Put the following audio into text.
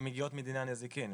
שמגיעות מדיני הנזיקין.